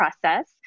process